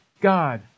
God